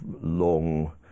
long